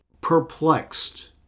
perplexed